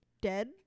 dead